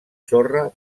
sorra